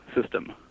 system